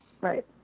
Right